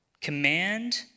Command